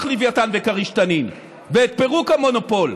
לווייתן וכריש-תנין ואת פירוק המונופול.